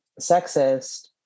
sexist